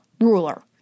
ruler